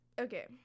okay